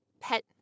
pet